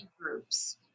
groups